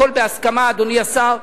הכול בהסכמה, אדוני השר,